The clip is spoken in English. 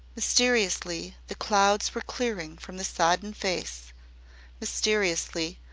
mysteriously the clouds were clearing from the sodden face mysteriously.